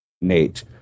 Nate